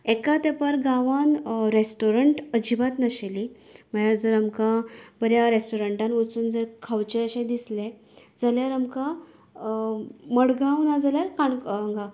एका तेपार गांवांन रेस्टॉरंट अजिबात नाशिल्ली म्हळ्या जर आमकां बऱ्या रेस्टॉरंटात वचून जर खावचे अशें दिसले जाल्यार आमकां मडगांव नाजाल्यार काणकोण हांगा